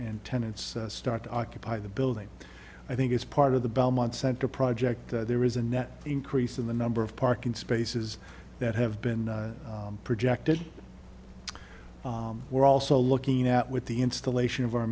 and tenants start to occupy the building i think is part of the belmont center project there is a net increase in the number of parking spaces that have been projected we're also looking at with the installation of our